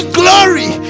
glory